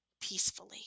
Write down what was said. peacefully